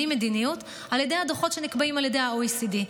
מדיניות על ידי הדוחות שנקבעים על ידי ה-OECD.